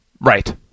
Right